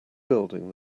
building